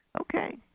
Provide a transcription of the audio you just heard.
okay